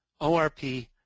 ORP